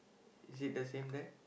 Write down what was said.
is it the same there